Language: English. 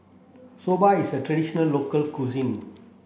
Soba is a traditional local cuisine